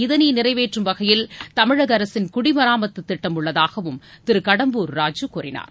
இதனை நிறைவேற்றும் வகையில் தமிழக அரசு குடிமராமத்து திட்டம் உள்ளதாகவும் திரு கடம்பூர் ராஜு கூறினார்